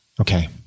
Okay